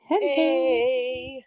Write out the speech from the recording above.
Hey